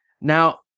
Now